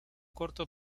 corto